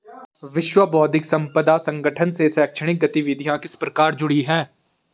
विश्व बौद्धिक संपदा संगठन से शैक्षणिक गतिविधियां किस प्रकार जुड़ी हैं?